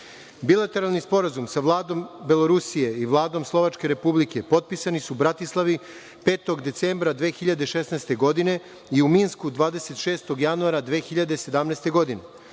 (MINUSCA).Bilateralni sporazum sa Vladom Republike Belorusije i Vladom Slovačke Republike potpisani su u Bratislavi 5. decembra 2016. godine i u Minsku 26. januara 2017. godine.